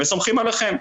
וסומכים עליכם,